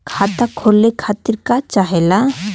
खाता खोले खातीर का चाहे ला?